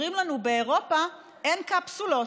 אומרים לנו: באירופה אין קפסולות.